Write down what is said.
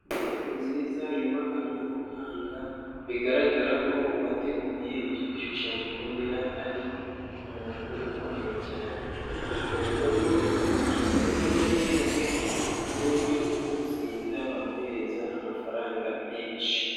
Inyubako nziza yubakanwe ubuhanga, bigaragara ko uwateguye icyo gishushanyo mbonera ari umuntu ukomeye cyane, ikorerwamo imikino y'amahirwe ku buryo uwutsinda bamuhereza amafaranga menshi.